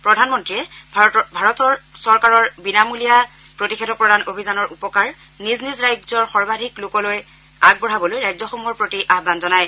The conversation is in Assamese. প্ৰধানমন্ত্ৰীয়ে ভাৰতৰ চৰকাৰৰ বিনামূলীয়া প্ৰতিষেধক প্ৰদান অভিযানৰ উপকাৰ নিজ নিজ ৰাজ্যৰ সৰ্বাধিক লোকলৈ আগবঢ়াবলৈ ৰাজ্যসমূহৰ প্ৰতি আহ্বান জনায়